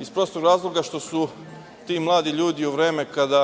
iz prostog razloga što su ti mladi ljudi u vreme kada